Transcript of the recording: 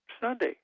sunday